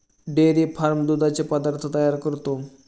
dairy farm दुधाचे पदार्थ तयार करतो